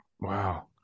Wow